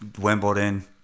Wimbledon